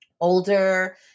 older